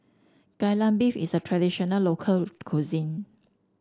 Kai Lan Beef is a traditional local cuisine